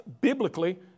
biblically